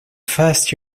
first